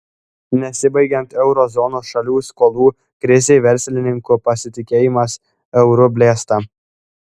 nesibaigiant euro zonos šalių skolų krizei verslininkų pasitikėjimas euru blėsta